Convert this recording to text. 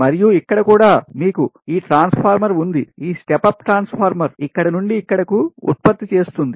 మరియు ఇక్కడ కూడా మీకు ఈ ట్రాన్స్ఫార్మర్ ఉంది ఈ step up transformer ఇక్కడ నుండి ఇక్కడకు ఉత్పత్తి చేస్తుంది